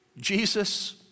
Jesus